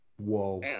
Whoa